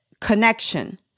connection